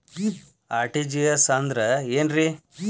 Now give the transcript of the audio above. RTGS ಅಂದ್ರ ಏನ್ರಿ?